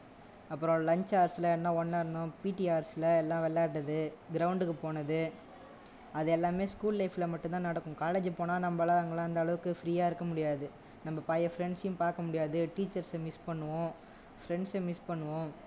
அப்புறம் லஞ்ச் ஹவர்ஸ்ஸில் எல்லாம் ஒன்னாக இருந்தோம் பீடி ஹவர்ஸ்ஸில் எல்லாம் விளையாட்டுறது க்ரவுண்டுக்கு போனது அது எல்லாமே ஸ்கூல் லைஃப்பில் மட்டும் தான் நடக்கும் காலேஜ் போனால் நம்மெல்லாம் அங்கெல்லாம் அந்த அளவுக்கு ஃப்ரீயாக இருக்க முடியாது நம்ம பழைய ஃப்ரெண்ட்சையும் பார்க்க முடியாது டீச்சர்ஸ் மிஸ் பண்ணுவோம் ஃப்ரெண்ட்ஸ் மிஸ் பண்ணுவோம்